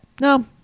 no